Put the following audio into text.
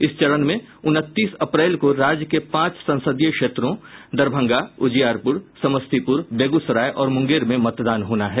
इस चरण में उनतीस अप्रैल को राज्य के पांच संसदीय क्षेत्रों दरभंगा उजियारपुर समस्तीपुर बेगूसराय और मुंगेर में मतदान होना है